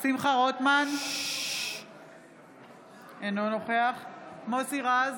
שמחה רוטמן, אינו נוכח מוסי רז,